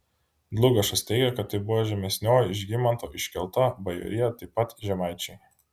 dlugošas teigia kad tai buvo žemesnioji žygimanto iškelta bajorija taip pat žemaičiai